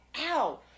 ow